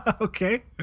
Okay